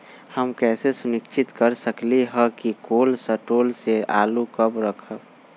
हम कैसे सुनिश्चित कर सकली ह कि कोल शटोर से आलू कब रखब?